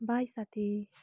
by साथी